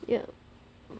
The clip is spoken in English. ya